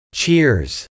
cheers